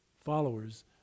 followers